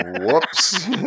Whoops